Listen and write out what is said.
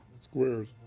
Squares